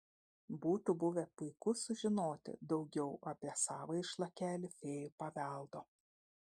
būtų buvę puiku sužinoti daugiau apie savąjį šlakelį fėjų paveldo